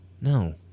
no